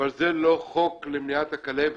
אבל זה לא חוק למניעת הכלבת